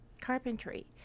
carpentry